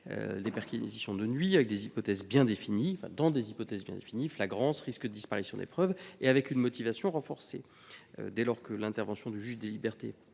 des perquisitions de nuit, dans des hypothèses bien définies – flagrance, risque de disparition des preuves –, avec une motivation renforcée. Dès lors que l’intervention du juge des libertés